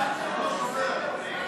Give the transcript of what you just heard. אני לא שומע.